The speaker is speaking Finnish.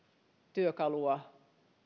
työkalua